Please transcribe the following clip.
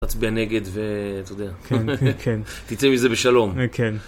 תצביע נגד ותצא מזה בשלום.